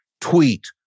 tweet